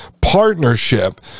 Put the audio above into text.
partnership